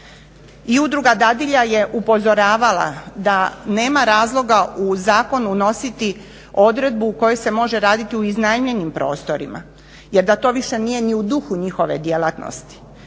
I udruga dadilja je upozoravala da nema razloga u zakon unositi odredbu u kojoj se može raditi u iznajmljenim prostorima, jer da to više nije ni u duhu njihove djelatnosti.